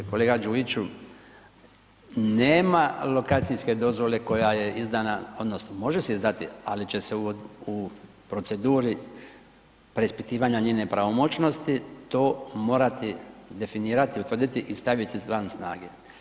Kolega Đujiću, nema lokacijske dozvole koja je izdana odnosno može se izdati, ali će se u proceduri preispitivanja njene pravomoćnosti to morati definirati, utvrditi i staviti van snage.